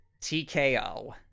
TKO